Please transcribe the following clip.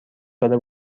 ساله